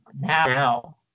now